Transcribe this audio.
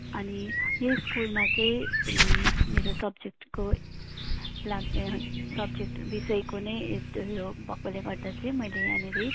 अनि यो स्कुलमा चाहिँ मेरो सब्जेक्टको लाग् सब्जेक्ट विषयको नै एत् यो भएकोले गर्दा चाहिँ मैले यहाँनिर